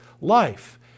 life